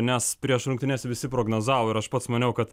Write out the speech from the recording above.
nes prieš rungtynes visi prognozavo ir aš pats maniau kad